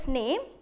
name